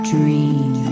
Dream